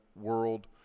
world